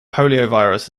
poliovirus